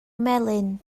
melyn